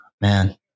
man